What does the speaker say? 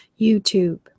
YouTube